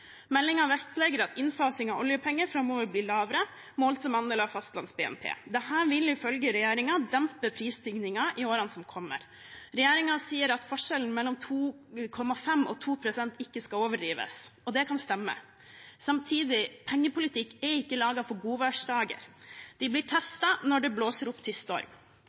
vektlegger at innfasing av oljepenger framover blir lavere, målt som andel av Fastlands-BNP. Dette vil ifølge regjeringen dempe prisstigningen i årene som kommer. Regjeringen sier at forskjellen mellom 2,5 pst. og 2 pst. ikke skal overdrives. Det kan stemme. Samtidig: Pengepolitikk er ikke laget for godværsdager. Den blir testet når det blåser opp til storm.